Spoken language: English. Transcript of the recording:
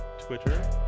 Twitter